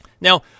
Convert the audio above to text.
Now